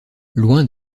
loin